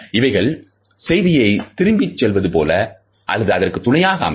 இவைகள் செய்தியை திரும்பிச் செல்வது போல அல்லது அதற்கு துணையாக அமையும்